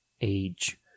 age